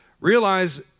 realize